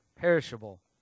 perishable